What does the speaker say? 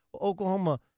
Oklahoma